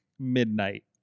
Midnight